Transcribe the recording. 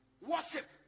Worship